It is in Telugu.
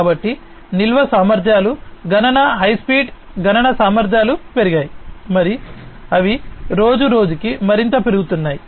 కాబట్టి నిల్వ సామర్థ్యాలు గణన హై స్పీడ్ గణన సామర్థ్యాలు పెరిగాయి మరియు అవి రోజురోజుకు మరింత పెరుగుతున్నాయి